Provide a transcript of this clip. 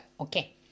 Okay